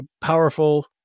powerful